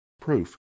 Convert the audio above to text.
Proof